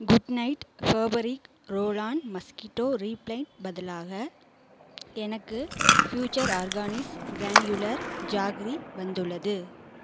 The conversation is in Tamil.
good night fabric roll on mosquito repellent பதிலாக எனக்கு ஃபியூச்சர் ஆர்கானிஸ் கிரானியூலர் ஜாக்ரி வந்துள்ளது